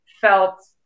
felt